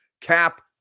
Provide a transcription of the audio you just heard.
cap